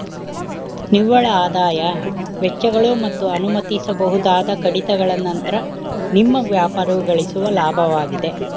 ನಿವ್ವಳಆದಾಯ ವೆಚ್ಚಗಳು ಮತ್ತು ಅನುಮತಿಸಬಹುದಾದ ಕಡಿತಗಳ ನಂತ್ರ ನಿಮ್ಮ ವ್ಯಾಪಾರವು ಗಳಿಸುವ ಲಾಭವಾಗಿದೆ